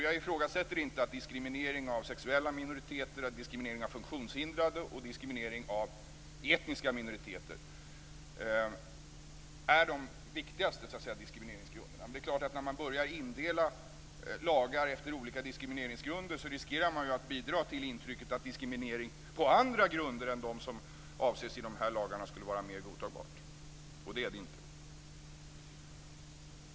Jag ifrågasätter inte att diskriminering av sexuella minoriteter, diskriminering av funktionshindrade och diskriminering av etniska minoriteter är de viktigaste diskrimineringsgrunderna. Men det är klart att när man börjar indela lagar efter olika diskrimineringsgrunder så riskerar man att bidra till intrycket att diskriminering på andra grunder än de som avses i de här lagarna skulle vara mer godtagbart. Och så är det inte.